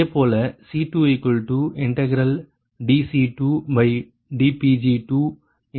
இதேபோல C2dC2dPg2 dPg20